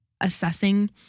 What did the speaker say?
assessing